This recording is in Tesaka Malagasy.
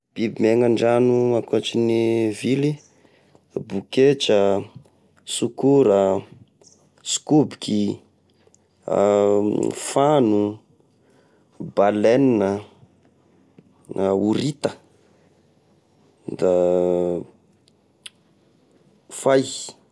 Biby miaigna andragno ankoatrane vily: boketra, sokora ,sokoboky, fano, baleine, horita, da fay.